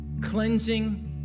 cleansing